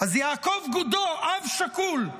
אז יעקב גודו, אב שכול,